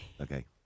Okay